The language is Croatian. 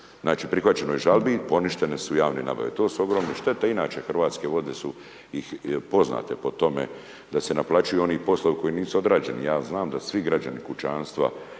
Znači prihvaćeno je žalbi i poništene su javne nabave. To su ogromne štete, inače Hrvatske vode su poznate po tome da se naplaćuju oni poslovi koji nisu odrađeni, ja znam da svi građani, kućanstva,